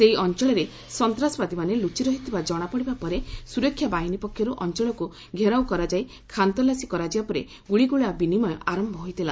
ସେହି ଅଞ୍ଚଳରେ ସନ୍ତାସବାଦୀମାନେ ଲୁଚି ରହିଥିବା ଜଣାପଡିବା ପରେ ସୁରକ୍ଷା ବାହିନୀ ପକ୍ଷରୁ ଅଞ୍ଚଳକୁ ଘେରାଉ କରାଯାଇ ଖାନତଲାସୀ କରାଯିବା ପରେ ଗୁଳିଗୋଳା ବିନିମୟ ଆରମ୍ଭ ହୋଇଥିଲା